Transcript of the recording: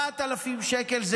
7,000 שקלים.